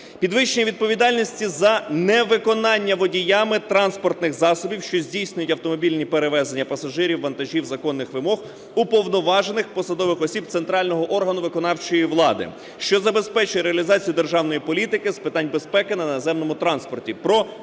підвищення відповідальності за невиконання водіями транспортних засобів, що здійснюють автомобільні перевезення пасажирів, вантажів, законних вимог уповноважених посадових осіб центрального органу виконавчої влади, що забезпечують реалізацію державної політики з питань безпеки на наземному транспорті